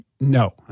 No